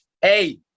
Hey